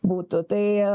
būtų tai